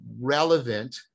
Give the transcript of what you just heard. relevant